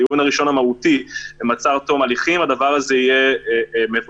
הדיון הראשון המהותי במעצר עד תום ההליכים הדבר הזה יהיה מבורך.